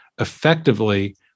effectively